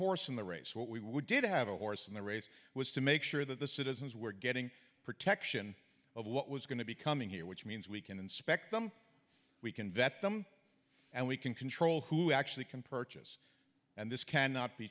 horse in the race what we would did have a horse in the race was to make sure that the citizens were getting protection of what was going to be coming here which means we can inspect them we can vet them and we can control who actually can purchase and this cannot be